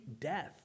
death